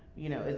you know,